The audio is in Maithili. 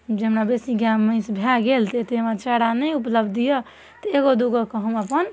जे हमरा बेसी गाय महीष भए गेल तऽ एते हमरा चारा नहि ऊपलब्धि यऽ तऽ एगो दुगोके हम अपन